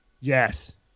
Yes